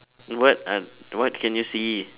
what uh what can you see